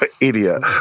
Idiot